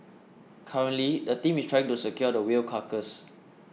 currently the team is trying to secure the whale carcass